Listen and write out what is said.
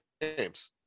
games